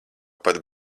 pat